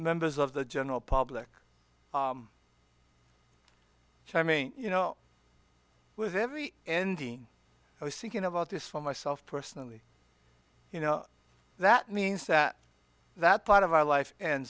members of the general public so i mean you know with every ending i was thinking about this for myself personally you know that means that that part of my life